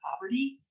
poverty